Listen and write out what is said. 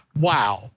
Wow